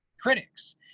critics